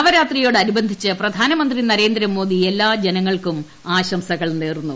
നവരാത്രിയോടനുബന്ധിച്ച് പ്രധാനമന്ത്രി നരേന്ദമോദി എല്ലാ ജനങ്ങൾക്കും ആശംസകൾ നേർന്നു